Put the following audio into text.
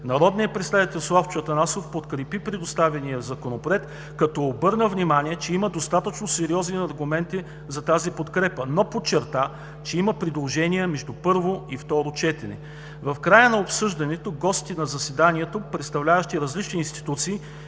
Народният представител Славчо Атанасов подкрепи предоставения Законопроект като обърна внимание, че има достатъчно сериозни аргументи за тази подкрепа, но подчерта, че има предложения между първо и второ четене. В края на обсъждането гости на заседанието, представляващи различни институции,